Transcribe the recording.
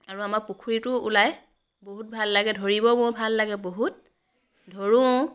আৰু আমাৰ পুখুৰীটো ওলায় বহুত ভাল লাগে ধৰিব মোৰ ভাল লাগে বহুত ধৰোঁ